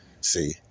See